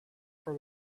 for